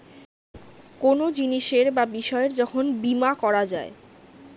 কোনো জিনিসের বা বিষয়ের যখন বীমা করা যায়